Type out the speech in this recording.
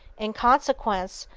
in consequence,